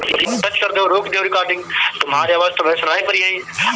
भारत के हिमालयी अउरी उत्तर पश्चिम राज्य में व्यापक खेती बड़ स्तर पर होखेला